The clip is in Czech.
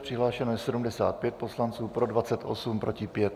Přihlášeno je 75 poslanců, pro 28, proti 5.